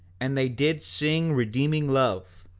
and they did sing redeeming love.